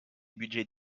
budgets